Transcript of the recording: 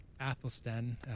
Athelstan